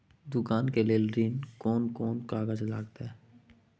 दुकान के लेल ऋण कोन कौन कागज लगतै?